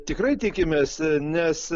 tikrai tikimės nes